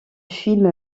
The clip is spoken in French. film